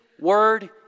word